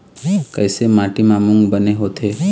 कइसे माटी म मूंग बने होथे?